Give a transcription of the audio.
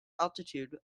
altitude